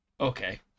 okay